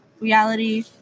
reality